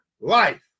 life